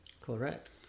Correct